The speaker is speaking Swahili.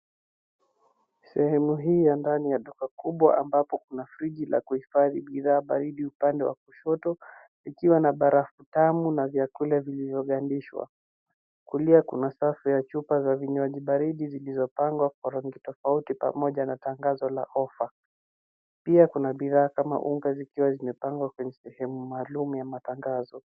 Sehemu hii ya ndani ya duka kubwa ambapo kuna friji la kuhifadhi bidhaa baridi upande wa kushoto likiwa na barafu tamu na vyakula vilivyozalishwa. Kulia kuna safu ya chupa za vinywaji baridi zilizopangwa kwa rangi tofauti pamoja na tangazo la offer . Pia kuna bidhaa kama unga zikiwa zimepangwa kwenye sehemu maalum ya matangazo.